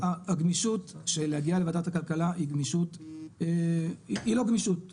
הגמישות של להגיע לוועדת הכלכלה היא לא גמישות,